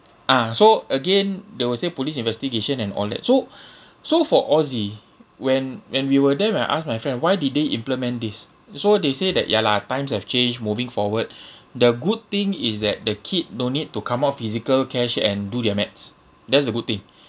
ah so again they will say police investigation and all that so so for aussie when when we were there when I ask my friend why did they implement this uh so they say that ya lah times have changed moving forward the good thing is that the kid no need to come out physical cash and do their maths that's the good thing